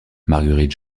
marguerite